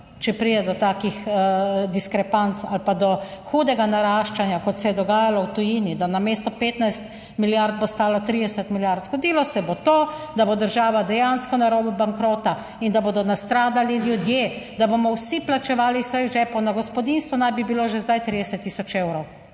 če pride do takih diskrepanc ali pa do hudega naraščanja, kot se je dogajalo v tujini, da namesto 15 milijard bo stalo 30 milijard? Zgodilo se bo to, da bo država dejansko na robu bankrota, in da bodo nastradali ljudje, da bomo vsi plačevali vseh žepov, na gospodinjstvu naj bi bilo že zdaj 30 tisoč evrov,